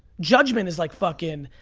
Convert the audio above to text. judgment is like fucking,